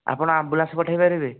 ଆପଣ ଆମ୍ବୁଲାନ୍ସ ପଠାଇପାରିବେ